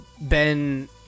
ben